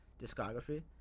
discography